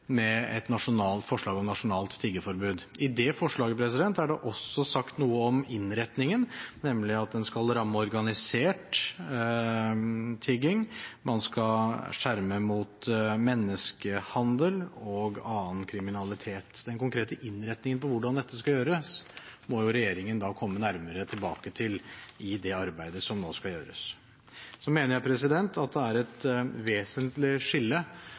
med et forslag om et nasjonalt tiggeforbud. I det forslaget er det også sagt noe om innretningen, nemlig at den skal ramme organisert tigging, og man skal skjerme mot menneskehandel og annen kriminalitet. Den konkrete innretningen på hvordan dette skal gjøres, må regjeringen komme nærmere tilbake til i det arbeidet som nå ligger fremfor oss. Så mener jeg at det er et vesentlig skille